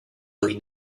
người